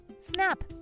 Snap